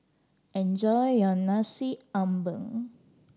enjoy your Nasi Ambeng